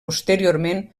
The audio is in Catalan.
posteriorment